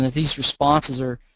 these responses are,